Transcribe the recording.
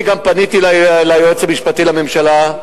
אני גם פניתי ליועץ המשפטי לממשלה,